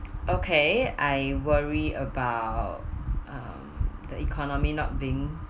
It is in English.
okay I worry about um the economy not being